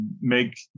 make